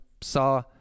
saw